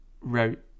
wrote